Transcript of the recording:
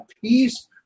peace